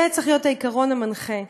זה צריך להיות העיקרון המנחה.